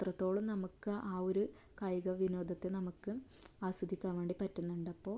അത്രത്തോളം നമുക്ക് ആ ഒരു കായികവിനോദത്തെ നമുക്കും ആസ്വദിക്കാൻ വേണ്ടി പറ്റുന്നുണ്ട് അപ്പോൾ